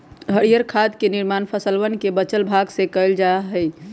हरीयर खाद के निर्माण फसलवन के बचल भाग से कइल जा हई